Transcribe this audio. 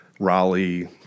Raleigh